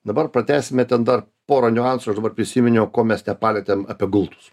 dabar pratęsime ten dar porą niuansų aš dabar prisiminiau ko mes nepalietėm apie gultus